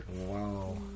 Wow